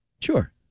Sure